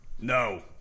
No